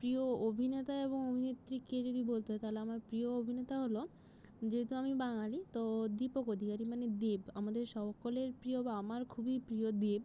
প্রিয় অভিনেতা এবং অভিনেত্রী কে যদি বলতে হয় তাহলে আমার প্রিয় অভিনেতা হল যেহেতু আমি বাঙালি তো দীপক অধিকারী মানে দেব আমাদের সকলের প্রিয় বা আমার খুবই প্রিয় দেব